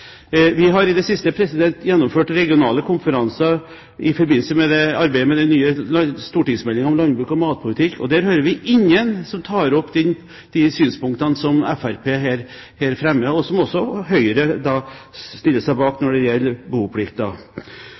Vi har i det siste gjennomført regionale konferanser i forbindelse med arbeidet med den nye stortingsmeldingen om landbruk og matpolitikk, og der er det ingen som tar opp de synspunktene som Fremskrittspartiet her fremmer, og som også Høyre stiller seg bak når det gjelder